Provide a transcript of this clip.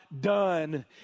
done